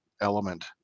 element